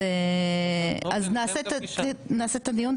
אז נעשה את הדיון,